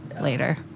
later